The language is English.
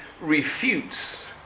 refutes